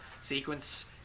sequence